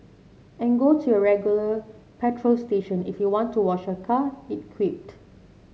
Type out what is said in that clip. and go to your regular petrol station if you want to wash your car it quipped